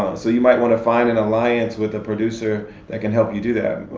so you might want to find an alliance with a producer that can help you do that.